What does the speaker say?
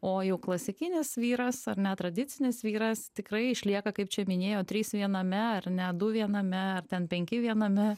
o jau klasikinis vyras ar ne tradicinis vyras tikrai išlieka kaip čia minėjo trys viename ar ne du viename ar ten penki viename